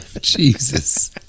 Jesus